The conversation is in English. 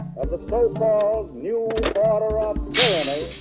of the so-called new order of tyranny,